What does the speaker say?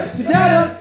together